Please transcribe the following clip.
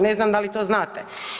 Ne znam da li to znate?